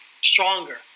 stronger